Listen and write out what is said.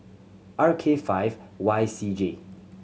R K five Y C J